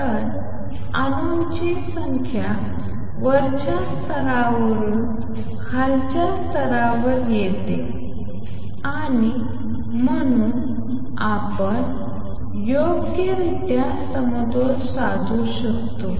तर अणूंची संख्या वरच्या स्तरावरून खालच्या स्तरावर येते आणि म्हणून आपण योग्यरित्या समतोल साधू शकतो